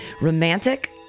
romantic